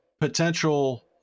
potential